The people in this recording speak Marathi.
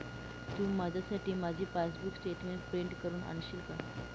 तू माझ्यासाठी माझी पासबुक स्टेटमेंट प्रिंट करून आणशील का?